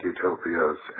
Utopias